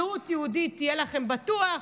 זהות יהודית תהיה לכם בטוח,